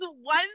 one